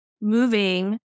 moving